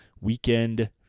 weekend